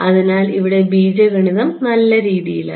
അതിനാൽ ഇവിടെ ബീജഗണിതം നല്ല രീതിയിലാണ്